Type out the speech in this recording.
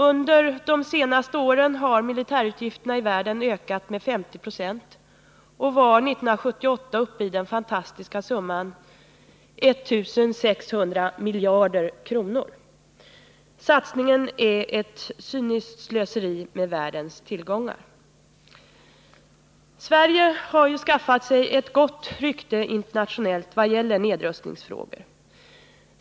Under de senaste åren har militärutgifterna i världen ökat med 50 90 och var 1978 uppe i den fantastiska summan 1 600 miljarder kronor. Satsningen 29 är ett cyniskt slöseri med världens tillgångar. Sverige har skaffat sig ett gott rykte internationellt vad gäller nedrustningsfrågor.